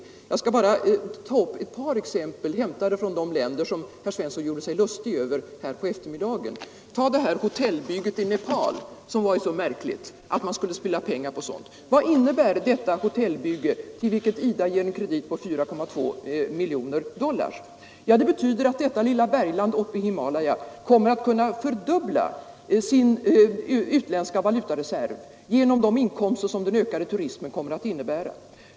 Jag skall bara ta upp ett par exempel, hämtade från de länder som herr Svensson gjorde sig lustig över på eftermiddagen. Det här hotellbygget i Nepal var det ju så märkligt att man skulle spilla pengar på. Vad innebär det projektet för vilket IDA ger en kredit på 4,2 miljoner dollar? Det betyder att detta lilla bergland uppe i Himalaya kommer att kunna fördubbla sin utländska valutareserv genom de inkomster som den ökade turismen kommer att ge.